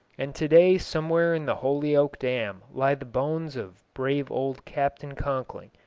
and to-day somewhere in the holyoke dam lie the bones of brave old captain conkling,